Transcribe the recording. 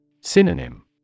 Synonym